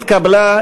נתקבל.